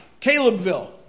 Calebville